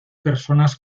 personas